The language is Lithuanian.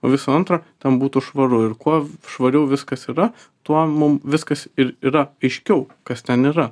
o visų antra ten būtų švaru ir kuo švariau viskas yra tuo mum viskas ir yra aiškiau kas ten yra